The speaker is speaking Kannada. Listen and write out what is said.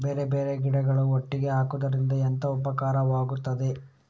ಬೇರೆ ಬೇರೆ ಗಿಡಗಳು ಒಟ್ಟಿಗೆ ಹಾಕುದರಿಂದ ಎಂತ ಉಪಕಾರವಾಗುತ್ತದೆ?